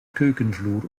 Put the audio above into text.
keukenvloer